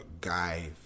guy